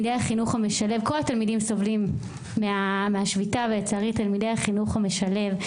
כל התלמידים סובלים מהשביתה ולצערי תלמידי החינוך המשלב,